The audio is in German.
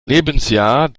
lebensjahr